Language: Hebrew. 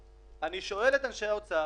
אני שואל את אנשי האוצר,